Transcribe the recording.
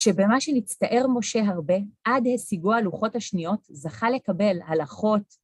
שבמה שנצטער משה הרבה, עד השיגו הלוחות השניות, זכה לקבל הלכות.